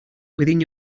within